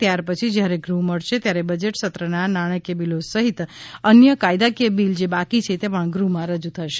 ત્યારપછી જ્યારે ગૃહ મળશે ત્યારે બજેટ સત્રના નાણાંકીય બિલો સહિત અન્ય કાયદાકીય બિલ જે બાકી છે તે પણ ગૃહમાં રજૂ થશે